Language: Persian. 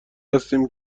هستیم